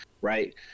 right